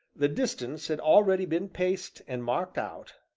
the distance had already been paced and marked out,